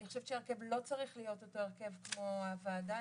אני חושבת שההרכב לא צריך להיות אותו הרכב כמו הוועדה,